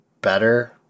better